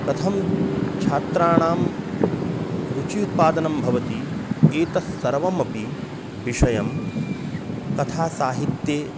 कथं छात्राणां रुचिः उत्पादनं भवति एतत्सर्वमपि विषयाः कथासाहित्ये